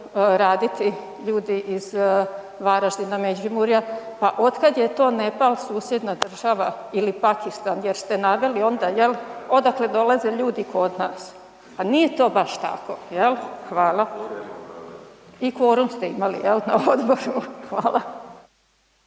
raditi ljudi iz Varaždina, Međimurja, pa od kad je to Nepal susjedna država ili Pakistan jer ste naveli onda jel, odakle dolaze ljudi kod nas. Pa nije to baš tako. I kvorum ste imali na odboru. Hvala.